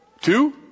Two